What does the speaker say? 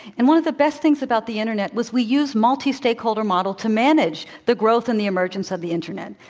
and one of the best things about the internet was we used multi-stakeholder model to manage the growth and the emergence of the internet.